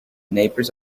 neighbors